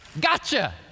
gotcha